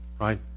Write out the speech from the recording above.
Right